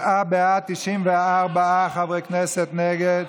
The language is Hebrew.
תשעה בעד, 93 חברי כנסת נגד.